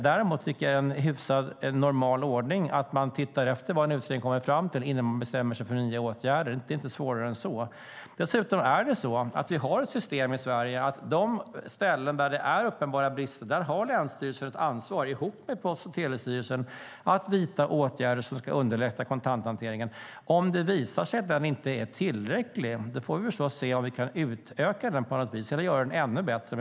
Det är dock normal ordning att vi ser vad en utredning kommer fram till innan vi bestämmer oss för nya åtgärder. Det är inte svårare än så. Vi har dessutom ett system i Sverige. På de ställen där det är uppenbara brister har länsstyrelserna ett ansvar ihop med Post och telestyrelsen att vidta åtgärder som ska underlätta kontanthanteringen. Visar det sig att det inte är tillräckligt få vi se om vi kan utöka den på något vis och göra den ännu bättre.